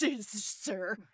sir